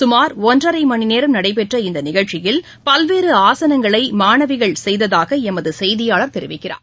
சுமார் ஒன்றரை மணி நேரம் நடைபெற்ற இந்த நிகழ்ச்சியில் பல்வேறு ஆசனங்களை மாணவிகள் செய்ததாக எமது செய்தியாளர் தெரிவிக்கிறார்